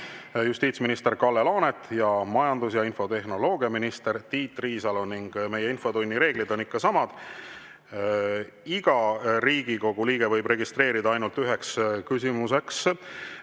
justiitsminister Kalle Laanet ning majandus- ja infotehnoloogiaminister Tiit Riisalo. Meie infotunni reeglid on ikka samad. Iga Riigikogu liige võib registreeruda ainult ühe küsimuse